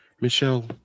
Michelle